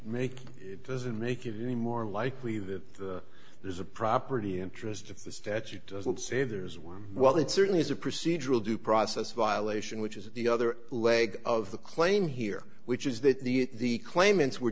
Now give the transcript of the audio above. make it doesn't make it any more likely that there's a property interest if the statute doesn't say there is one well that certainly is a procedural due process violation which is the other leg of the claim here which is that the claimants were